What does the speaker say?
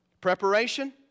Preparation